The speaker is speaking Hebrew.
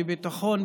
בביטחון,